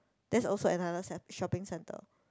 that's also another centre~ shopping centre